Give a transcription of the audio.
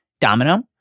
Domino